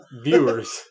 viewers